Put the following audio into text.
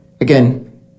again